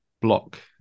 block